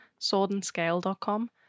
swordandscale.com